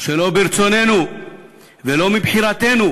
שלא ברצוננו ולא מבחירתנו,